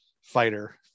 Fighter